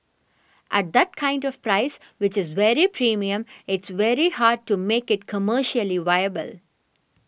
at that kind of price which is very premium it's very hard to make it commercially viable